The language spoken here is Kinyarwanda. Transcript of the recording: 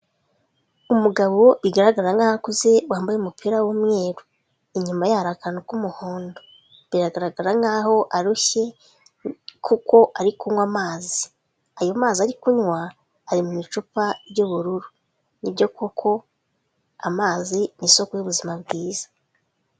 Umugabo bigaragara nkaho akuze, wambaye umupira w'umweru. inyuma ye hari akantu k'umuhondo. Biragaragara nkaho arushye, kuko ari kunywa amazi. Ayo mazi ari kunywa, ari mu icupa ry'ubururu. Nibyo koko amazi ni isoko y'ubuzima bwiza.